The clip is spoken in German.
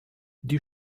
die